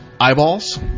eyeballs